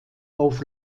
auf